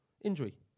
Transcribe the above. injury